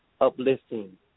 uplifting